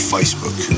Facebook